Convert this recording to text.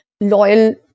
loyal